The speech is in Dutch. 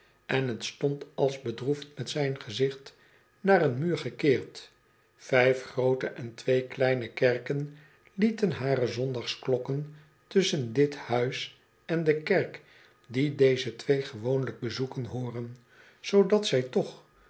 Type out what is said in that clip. en t stond als bedroefd met zijn gezicht naar een muur gekeerd vijf groote en twee kleine kerken lieten hare zondags klokken tusschen dit huis en de kerk die deze twee gewoonlijk bezoeken hooren zoodat zij toch